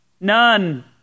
None